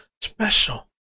special